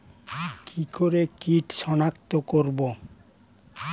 কি করে কিট শনাক্ত করব?